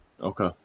Okay